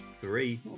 Three